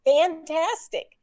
fantastic